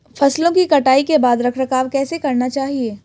फसलों की कटाई के बाद रख रखाव कैसे करना चाहिये?